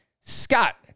Scott